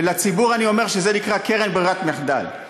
לציבור אני אומר, שזה נקרא קרן ברירת מחדל.